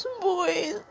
boys